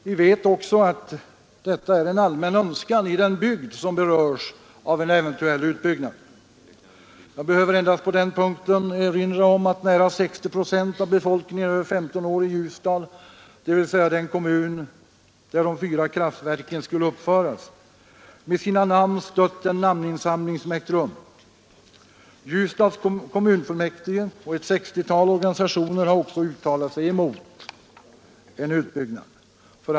Vi vet också att detta är en allmän önskan i den bygd som berörs av en eventuell utbyggnad. Jag behöver på den punkten endast erinra om att nära 60 procent av befolkningen över 15 år i Ljusdal, dvs. den kommun där de fyra kraftverken skulle uppföras, med sina namn stött den namninsamling som har ägt rum. Ljusdals kommunfullmäktige och ett 60-tal organisationer har också uttalat sig mot en utbyggnad.